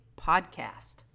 podcast